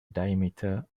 diameter